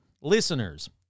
listeners